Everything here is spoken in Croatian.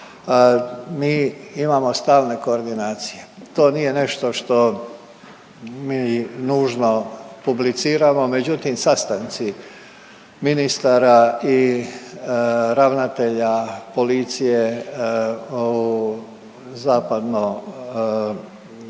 mi imamo stalne koordinacije. To nije nešto što mi nužno publiciramo, međutim, sastanci ministara i ravnatelja policije u